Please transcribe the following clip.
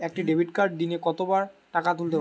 একটি ডেবিটকার্ড দিনে কতবার টাকা তুলতে পারব?